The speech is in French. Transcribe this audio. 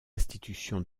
institution